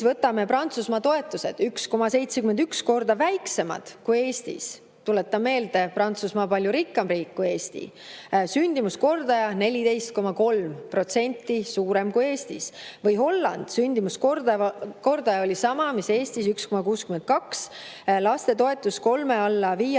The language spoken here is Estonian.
võtame Prantsusmaa. Toetused on 1,71 korda väiksemad kui Eestis – tuletan meelde, et Prantsusmaa on palju rikkam riik kui Eesti –, sündimuskordaja on 14,3% suurem kui Eestis. Või Holland: sündimuskordaja oli sama mis Eestis, 1,62, ning lastetoetus kolme alla